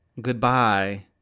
goodbye